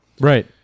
right